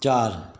चारि